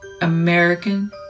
American